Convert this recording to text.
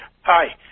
Hi